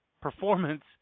performance